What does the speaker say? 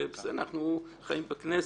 ואנחנו חיים בכנסת,